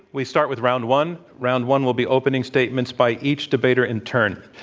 we start with round one. round one will be opening statements by each debater in turn.